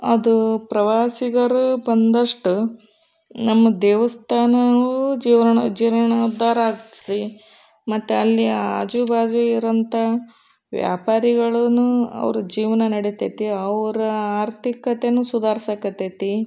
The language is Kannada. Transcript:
ಅದು ಪ್ರವಾಸಿಗರು ಬಂದಷ್ಟು ನಮ್ಮ ದೇವಸ್ಥಾನವೂ ಜೀವ್ರ್ಣ ಜೀರ್ಣೋದ್ಧಾರ ಆಗ್ತೈತಿ ಮತ್ತು ಅಲ್ಲಿ ಆಜುಬಾಜು ಇರೋಂಥ ವ್ಯಾಪಾರಿಗಳೂನೂ ಅವ್ರ ಜೀವನ ನಡಿತೈತಿ ಅವರ ಆರ್ಥಿಕತೆಯೂ ಸುಧಾರ್ಸಕ್ಕತ್ತೈತಿ